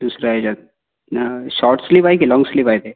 दुसरा ह्याच्यात short sleeve आहे की लाँग स्लीव आहे ते